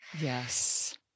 Yes